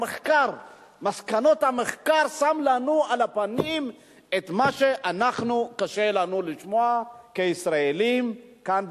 מסקנות המחקר שמות לנו מול הפנים את מה שקשה לנו לשמוע כישראלים כאן,